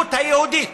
התרבות היהודית